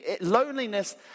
loneliness